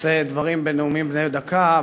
נאומים בני דקה.